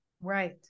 Right